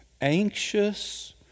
anxious